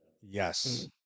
Yes